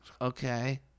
okay